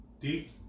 Deep